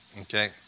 Okay